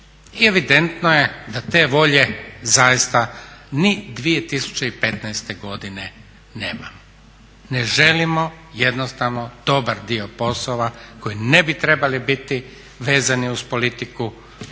evidentno je da te volje zaista ni 2015. godine nema. Ne želimo jednostavno dobar dio poslova koji ne bi trebali biti vezani uz politiku osloboditi